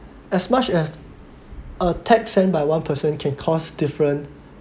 as much as a text sent by one person can cause different